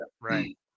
Right